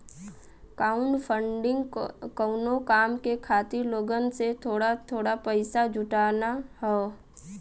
crowdfunding कउनो काम के खातिर लोगन से थोड़ा थोड़ा पइसा जुटाना हौ